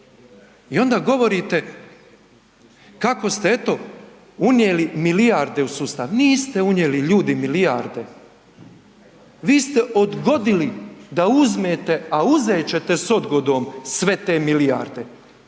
I onda govorite kako ste eto unijeli milijarde u sustav, niste unijeli ljudi milijarde, vi ste odgodili da uzmete, a uzet ćete s odgodom sve te milijarde.